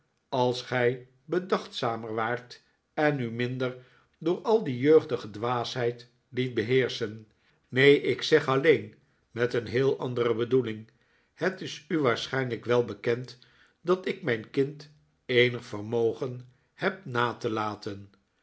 als gij bedachtzamer waart en u minder door al die jeugdige dwaasheid liet beheerschen neen ik zeg alleen met een heel andere bedoeling het is u waarschijnlijk wel bekend dat ik mijn kind eenig vermogen heb na te laten